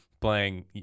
playing